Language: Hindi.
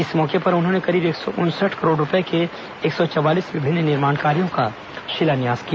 इस मौके पर उन्होंने करीब एक सौ उनसठ करोड़ रूपए के एक सौ चवालीस विभिन्न निर्माण कार्यों का शिलान्यास किया